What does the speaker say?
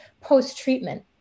post-treatment